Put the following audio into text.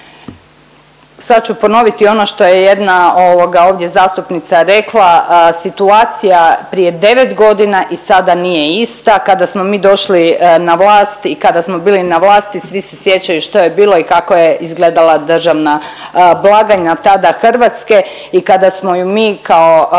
Sad ću ponoviti ono što je jedna ovdje zastupnica rekla, situacija prije devet godina i sada nije ista. Kada smo mi došli na vlast i kada smo bili na vlasti svi se sjećaju što je bilo i kako je izgledala državna blagajna tada Hrvatske i kada smo ju mi kao